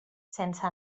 sense